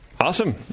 Awesome